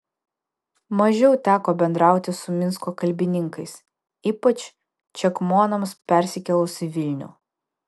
mažiau teko bendrauti su minsko kalbininkais ypač čekmonams persikėlus į vilnių